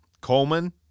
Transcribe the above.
Coleman